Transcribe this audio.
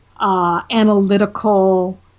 analytical